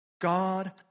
God